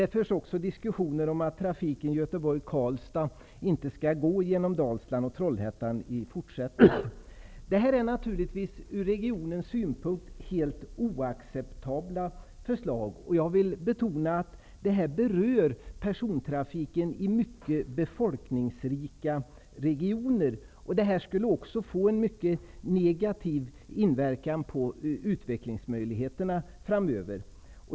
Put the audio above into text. Det förs också diskussioner om att trafiken Göteborg-- Karlstad inte skall gå genom Dalsland och Från regionens synpunkt är det naturligtvis helt oacceptabla förslag. Jag vill betona att det här berör persontrafiken i mycket befolkningsrika regioner och att det skulle ha en mycket negativ inverkan på utvecklingsmöjligheterna framöver.